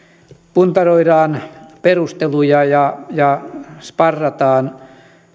puntaroidaan perusteluja ja ja sparrataan